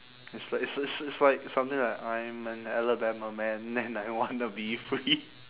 it's like it's it's it's like something that I'm an alabama man and I wanna be free